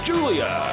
Julia